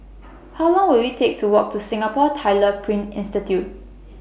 How Long Will IT Take to Walk to Singapore Tyler Print Institute